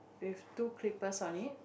with two clippers on it